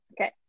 okay